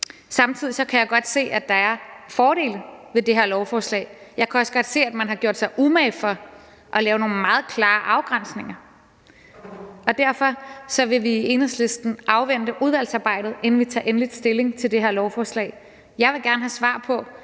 Samtidig kan jeg godt se, at der er fordele ved det her lovforslag. Jeg kan også godt se, at man har gjort sig umage for at lave nogle meget klare afgrænsninger, og derfor vil vi i Enhedslisten afvente udvalgsarbejdet, inden vi tager endelig stilling til det her lovforslag. Jeg vil gerne have svar på,